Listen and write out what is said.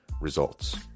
Results